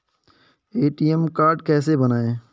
ATM card कैसे बनवाएँ?